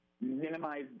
minimize